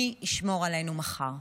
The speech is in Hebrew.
מי ישמור עלינו מחר?